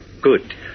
Good